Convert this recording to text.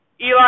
Eli